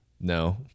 No